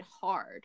hard